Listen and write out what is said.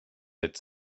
it’s